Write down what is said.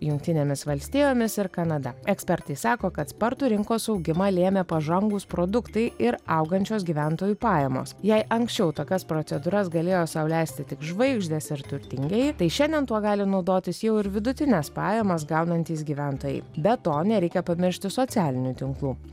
jungtinėmis valstijomis ir kanada ekspertai sako kad spartų rinkos augimą lėmė pažangūs produktai ir augančios gyventojų pajamos jei anksčiau tokias procedūras galėjo sau leisti tik žvaigždės ir turtingieji tai šiandien tuo gali naudotis jau ir vidutines pajamas gaunantys gyventojai be to nereikia pamiršti socialinių tinklų